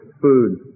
food